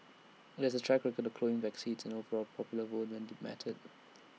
IT has A track record of clawing back seats and overall popular vote when IT mattered